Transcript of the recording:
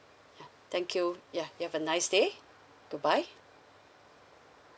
thank you yeah you have a nice day goodbye